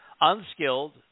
Unskilled